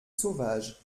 sauvage